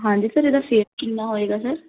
ਹਾਂਜੀ ਸਰ ਇਹਦਾ ਫੇਅਰ ਕਿੰਨਾ ਹੋਵੇਗਾ ਸਰ